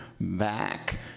back